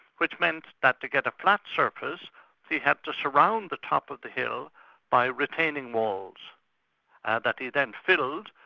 which meant that to get a flat surface he had to surround the top of the hill by retaining walls that he then filled,